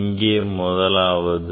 இங்கே முதலாவது